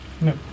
No